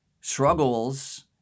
struggles